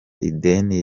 ideni